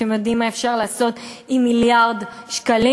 אתם יודעים מה אפשר לעשות עם מיליארד שקלים?